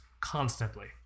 constantly